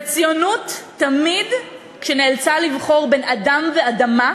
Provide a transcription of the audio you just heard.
וציונות, תמיד, כשנאלצה לבחור בין אדם ואדמה,